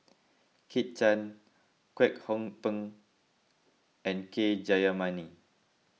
Kit Chan Kwek Hong Png and K Jayamani